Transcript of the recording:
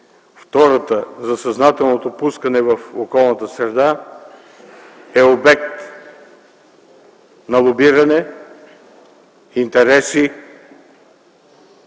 втората – за съзнателното пускане в околната среда – е обект на лобиране, интереси